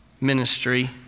ministry